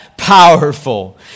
powerful